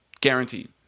Guaranteed